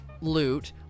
loot